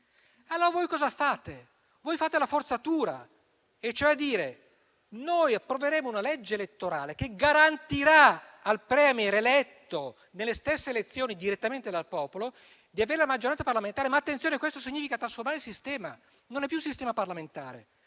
Allora voi cosa fate? Voi fate una forzatura, dicendo che approverete una legge elettorale che garantirà al *Premier* eletto nelle stesse elezioni direttamente dal popolo di avere la maggioranza parlamentare. Ma, attenzione, questo significa trasformare il sistema: non è più un sistema parlamentare,